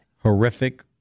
horrific